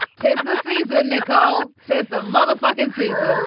tis the season nicole says the motherfucking season